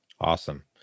Awesome